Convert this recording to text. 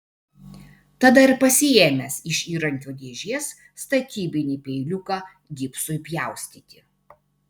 tada ir pasiėmęs iš įrankių dėžės statybinį peiliuką gipsui pjaustyti